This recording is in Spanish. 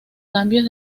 cambios